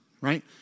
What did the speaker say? right